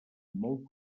molt